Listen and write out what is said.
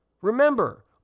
Remember